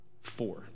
four